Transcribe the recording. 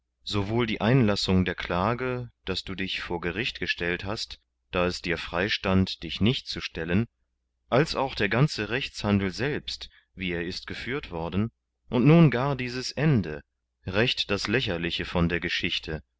sowohl die einlassung der klage daß du dich vor gericht gestellt hast da es dir freistand dich nicht zu stellen als auch der ganze rechtshandel selbst wie er ist geführt worden und nun gar dieses ende recht das lächerliche von der geschichte